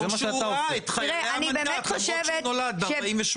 כמו שהוא ראה את חיילי המנדט למרות שהוא נולד ב-48.